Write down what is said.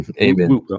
Amen